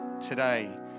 today